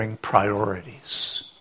priorities